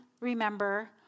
remember